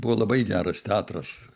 buvo labai geras teatras